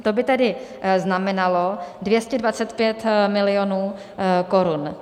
To by tedy znamenalo 225 milionů korun.